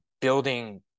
building